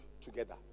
together